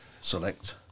Select